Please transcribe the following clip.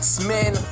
X-Men